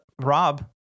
Rob